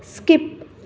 skip